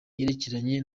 yerekeranye